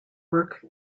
work